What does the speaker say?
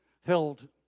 held